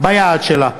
ביעד שלה.